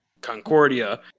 concordia